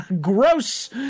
gross